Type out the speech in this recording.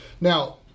now